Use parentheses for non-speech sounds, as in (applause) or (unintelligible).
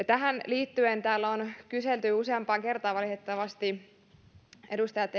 (unintelligible) tähän liittyen täällä on kyselty useampaan kertaan valitettavasti edustajat (unintelligible)